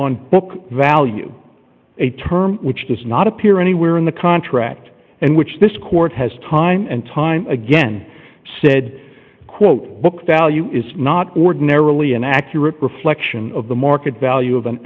on book value a term which does not appear anywhere in the contract and which this court has time and time again said quote book value is not ordinarily an accurate reflection of the market value of